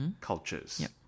cultures